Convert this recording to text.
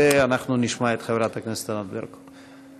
ואנחנו נשמע את חברת הכנסת ענת ברקו.